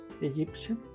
Egyptian